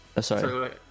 sorry